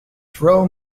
throw